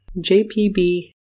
JPB